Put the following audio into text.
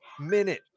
minute